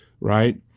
right